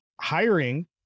Hiring